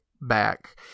back